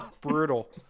Brutal